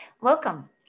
Welcome